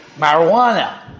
marijuana